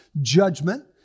Judgment